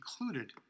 included